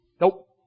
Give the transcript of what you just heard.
Nope